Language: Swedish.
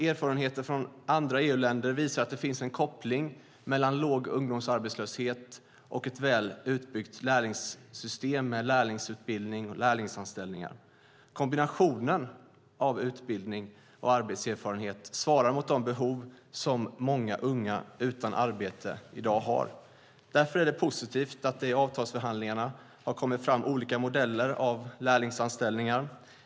Erfarenheter från andra EU-länder visar att det finns en koppling mellan låg ungdomsarbetslöshet och ett väl utbyggt lärlingssystem med lärlingsutbildning och lärlingsanställningar. Kombinationen av utbildning och arbetserfarenhet svarar mot de behov som många unga utan arbete i dag har. Därför är det positivt att det i avtalsförhandlingarna har kommit fram olika modeller av lärlingsanställningar.